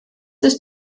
ist